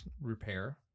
repair